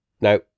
now